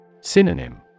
Synonym